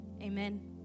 Amen